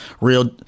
real